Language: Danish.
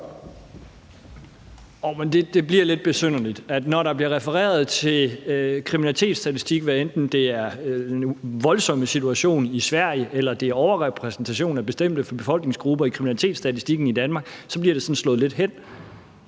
det bliver lidt besynderligt. Når der bliver refereret til kriminalitetsstatistikken, hvad enten det er den voldsomme situation i Sverige eller det er overrepræsentation af bestemte befolkningsgrupper i kriminalitetsstatistikken i Danmark, bliver det sådan slået lidt hen.